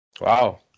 Wow